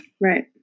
Right